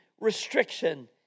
restriction